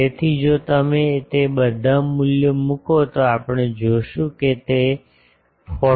તેથી જો તમે તે બધા મૂલ્યો મૂકો તો આપણે જોશું કે તે 49